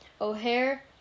O'Hare